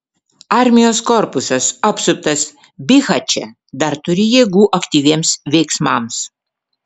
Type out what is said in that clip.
armijos korpusas apsuptas bihače dar turi jėgų aktyviems veiksmams